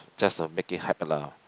just the make it hype lah